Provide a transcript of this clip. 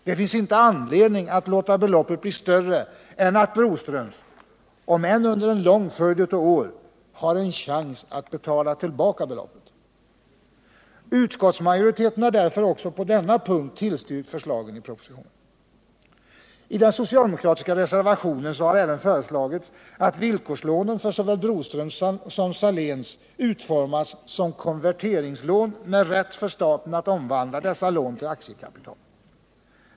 Det finns inte anledning att låta beloppet blir större än att Broströms — om än under en lång följd av år — har en chans att betala tillbaka beloppet. Utskottsmajoriteten har därför också på denna punkt tillstyrkt förslagen i propositionen. I den socialdemokratiska reservationen har även föreslagits att villkorslånen för såväl Broströms som Saléns utformas som konverteringslån med rätt för staten att omvandla dessa lån till aktiekapital.